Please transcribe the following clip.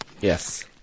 Yes